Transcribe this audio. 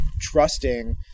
trusting